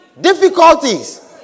Difficulties